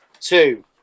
two